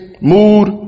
mood